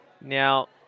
now